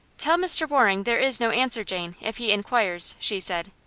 tell mr. waring there is no answer, jane, if he inquires, she said.